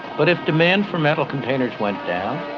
but if demand for metal containers went down,